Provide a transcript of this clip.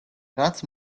რაც